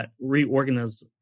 reorganize